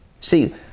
See